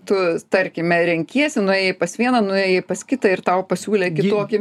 tu tarkime renkiesi nuėjai pas vieną nuėjai pas kitą ir tau pasiūlė tokį